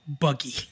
Buggy